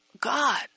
God